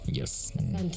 yes